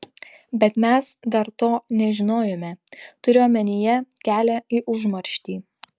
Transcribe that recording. bet mes dar to nežinojome turiu omenyje kelią į užmarštį